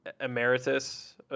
emeritus